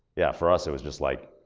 yeah, for us, it was just like,